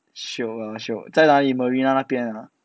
shiok ah shiok 在哪里 marina 那边啊